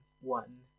one